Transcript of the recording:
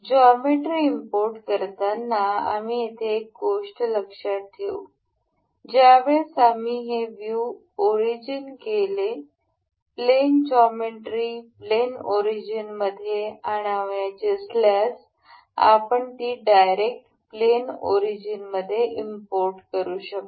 geometry import करताना आम्ही येथे एक गोष्ट लक्षात ठेवू ज्यावेळेस आम्ही हे व्ह्यूव ओरिजिन केल्यावर प्लेन जॉमेट्री प्लेन ओरिजिन मध्ये आणावयाची असल्यास आपण ती डायरेक्ट प्लेन ओरिजिन मध्ये इम्पोर्ट करू शकतो